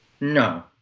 No